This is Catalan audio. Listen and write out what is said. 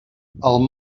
mal